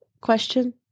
question